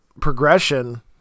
progression